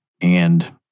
And-